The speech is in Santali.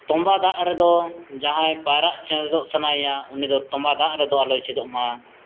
ᱛᱚᱢᱵᱟ ᱫᱟᱜ ᱨᱮᱫᱚ ᱡᱟᱦᱟᱸᱭ ᱯᱟᱭᱨᱟᱜ ᱪᱮᱫᱚᱜ ᱥᱟᱱᱟᱭᱮᱭᱟ ᱩᱱᱤᱫᱚ ᱛᱚᱢᱵᱟ ᱫᱟᱜ ᱨᱮᱫᱚ ᱟᱞᱚᱭ ᱪᱮᱫᱚᱜ ᱢᱟ